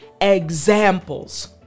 examples